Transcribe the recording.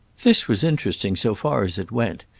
this was interesting so far as it went,